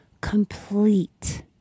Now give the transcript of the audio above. Complete